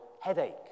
headache